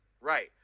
Right